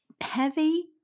heavy